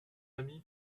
ami